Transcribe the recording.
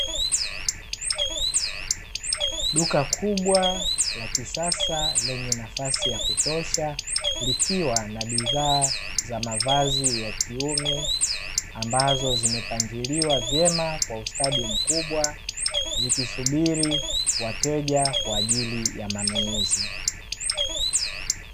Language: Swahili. Duka kubwa la kisasa lenye nafsi ya kutosha, likiwa na bidhaa za mavazi ya kiume, ambazo zimepangiliwa vyema kwa ustadi mkubwa, zikisubiri wateja kwa ajili ya manunuzi.